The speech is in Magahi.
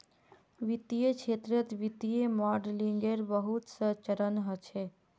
वित्तीय क्षेत्रत वित्तीय मॉडलिंगेर बहुत स चरण ह छेक